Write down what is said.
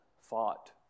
fought